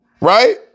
Right